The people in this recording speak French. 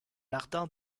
ardent